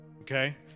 Okay